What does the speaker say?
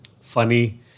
funny